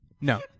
No